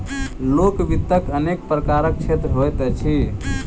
लोक वित्तक अनेक प्रकारक क्षेत्र होइत अछि